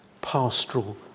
pastoral